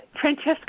Francesca